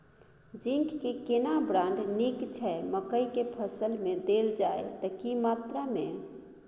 Zinc के केना brand नीक छैय मकई के फसल में देल जाए त की मात्रा में?